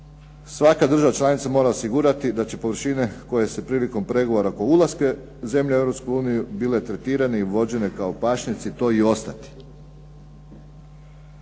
Svaka država članica mora osigurati da će površine koje se prilikom pregovora oko ulaska zemlje u Europsku uniju bile tretirane i vođene kao pašnjaci to i ostati.